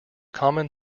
common